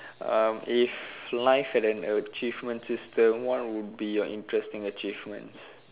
uh if life had an achievement system what would be your interesting achievements